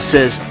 Says